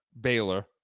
Baylor